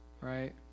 right